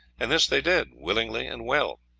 and this they did willingly and well.